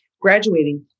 graduating